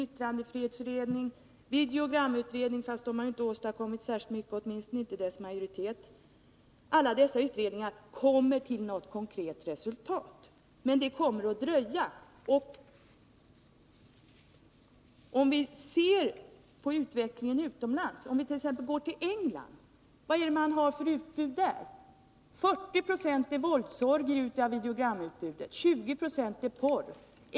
Det gäller informationsteknologiutredningen och yttrandefrihetsutredningen samt videogramutredningen, fastän åtminstone dess majoritet inte åstadkommit särskilt mycket än. Men de konkreta resultaten kommer att dröja. Vi kan se på utvecklingen utomlands och t.ex. gå till England. Vad är det för utbud man har där? Jo, 40 96 av videogramutbudet är våldsorgier, och 20 20 är porr.